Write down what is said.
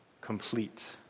complete